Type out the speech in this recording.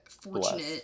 fortunate